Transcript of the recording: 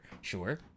sure